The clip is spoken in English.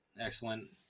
excellent